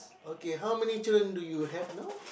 okay how many children do you have now